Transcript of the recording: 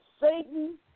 Satan